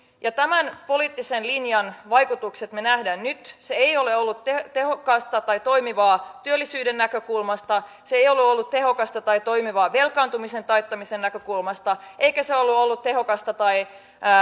ja tämän poliittisen linjan vaikutukset me näemme nyt se ei ole ollut tehokasta tai toimivaa työllisyyden näkökulmasta se ei ole ole ollut tehokasta tai toimivaa velkaantumisen taittamisen näkökulmasta eikä se ole ollut tehokasta tai